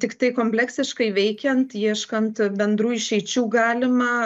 tiktai kompleksiškai veikiant ieškant bendrų išeičių galima